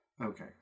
Okay